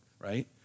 right